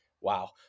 wow